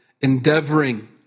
endeavoring